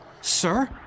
Sir